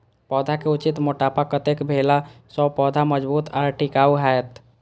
पौधा के उचित मोटापा कतेक भेला सौं पौधा मजबूत आर टिकाऊ हाएत?